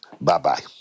Bye-bye